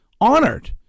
honored